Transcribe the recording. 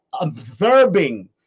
observing